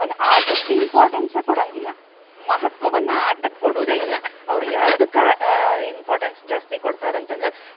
ಒಂದು ಆಟಕ್ಕೆ ಇಂಪಾರ್ಟೆನ್ಸೇ ಕೊಡಂಗಿಲ್ಲ ಮಹತ್ವವನ್ನು ಆಟಕ್ಕೆ ಕೊಡುವುದೇ ಇಲ್ಲ ಅವ್ರು ಯಾವ್ದಕ್ಕೆ ಇಂಪಾರ್ಟೆನ್ಸ್ ಜಾಸ್ತಿ ಕೊಡ್ತಾರೆ ಅಂತಂದ್ರೆ